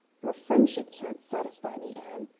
your friendship can't satisfy me, anne.